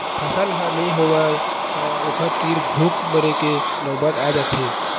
फसल ह नइ होवय त ओखर तीर भूख मरे के नउबत आ जाथे